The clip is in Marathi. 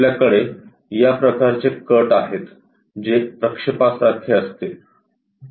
आपल्याकडे या प्रकारचे कट आहेत जे प्रक्षेपासारखे असतील